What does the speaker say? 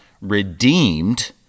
redeemed